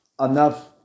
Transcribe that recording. enough